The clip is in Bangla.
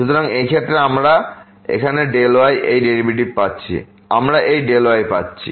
সুতরাং এই ক্ষেত্রে আমরা এখানে Δy এই ডেরিভেটিভ পাচ্ছি আমরা এই Δy পাচ্ছি